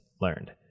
learned